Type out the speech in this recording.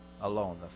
alone